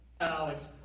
Alex